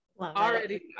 Already